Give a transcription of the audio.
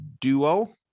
duo